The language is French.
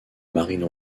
marine